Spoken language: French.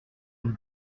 une